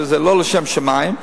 שזה לא לשם שמים,